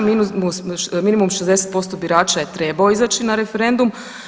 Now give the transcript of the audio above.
Minimum 60% birača je trebao izaći na referendum.